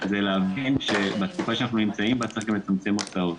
להבין שבתקופה שבה אנחנו נמצאים צריך גם לצמצם הוצאות.